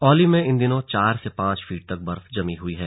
औली में इन दिनों चार से पांच फीट तक बर्फ जमी हुई है